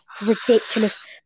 Ridiculous